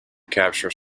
capture